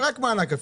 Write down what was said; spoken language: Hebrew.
ורק מענק,